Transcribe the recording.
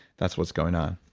that's what's going on,